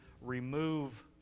remove